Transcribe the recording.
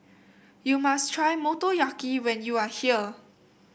you must try Motoyaki when you are here